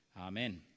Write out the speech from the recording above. Amen